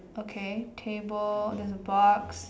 okay table there's a box